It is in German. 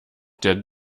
der